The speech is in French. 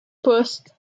poste